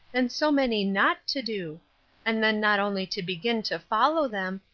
and so many not to do and then not only to begin to follow them,